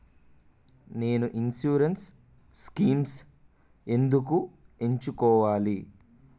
నేను insurance schemes ఎందుకు ఎంచుకోవాలి?